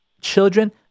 children